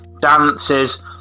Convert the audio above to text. dances